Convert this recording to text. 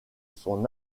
son